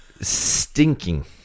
stinking